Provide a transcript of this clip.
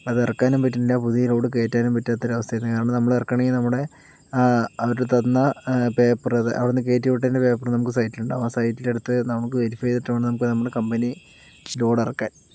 അതിറക്കാനും പറ്റുന്നില്ല പുതിയ ലോഡ് കയറ്റാനും പറ്റാത്ത ഒരവസ്ഥയായിരുന്നു കാരണം നമ്മളിറക്കണമെങ്കിൽ നമ്മുടെ അവർ തന്ന പേപ്പർ അവിടെ നിന്ന് കയറ്റി വിട്ടതിൻ്റെ പേപ്പർ നമുക്ക് സൈറ്റിൽ ഉണ്ടാകും ആ സൈറ്റിൽ എടുത്ത് നമുക്ക് വെരിഫൈ ചെയ്തിട്ട് വേണം നമുക്ക് നമ്മുടെ കമ്പനി ലോഡ് ഇറക്കാൻ